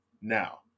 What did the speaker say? now